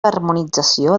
harmonització